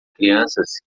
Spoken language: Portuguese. crianças